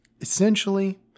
Essentially